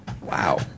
Wow